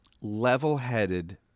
level-headed